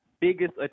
biggest